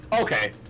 okay